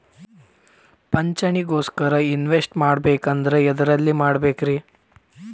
ಪಿಂಚಣಿ ಗೋಸ್ಕರ ಇನ್ವೆಸ್ಟ್ ಮಾಡಬೇಕಂದ್ರ ಎದರಲ್ಲಿ ಮಾಡ್ಬೇಕ್ರಿ?